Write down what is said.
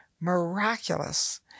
miraculous